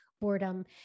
boredom